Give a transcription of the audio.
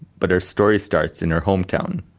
but our story starts in her hometown,